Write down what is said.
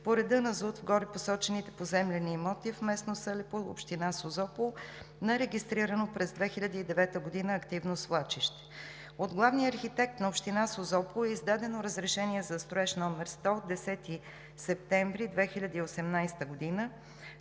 по реда на ЗУТ в горепосочените поземлени имоти в местност Алепу – община Созопол, на регистрирано през 2009 г. активно свлачище. От главния архитект на община Созопол е издадено разрешение за строеж № 100 от 10 септември 2018 г.